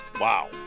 Wow